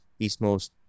eastmost